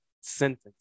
sentence